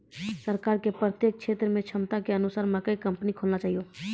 सरकार के प्रत्येक क्षेत्र मे क्षमता के अनुसार मकई कंपनी खोलना चाहिए?